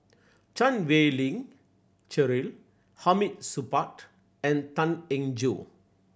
Chan Wei Ling Cheryl Hamid Supaat and Tan Eng Joo